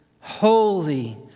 holy